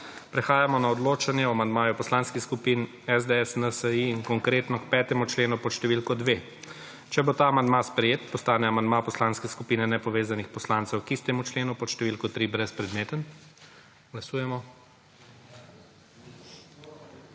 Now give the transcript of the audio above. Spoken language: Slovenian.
Prehajamo na odločanje o amandmaju poslanskih skupin SDS, NSi in Konkretno k 5. členu pod številko 2. Če bo ta amandma sprejet, postane amandma Poslanske skupine nepovezanih poslancev k istemu členu pod številko 3 brezpredmeten. Glasujemo.